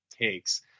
takes